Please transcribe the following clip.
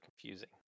confusing